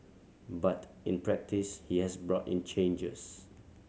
but in practise he has brought in changes